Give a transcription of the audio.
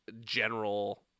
general